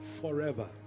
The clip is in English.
forever